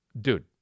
dude